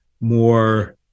more